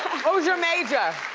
what was your major?